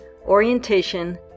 orientation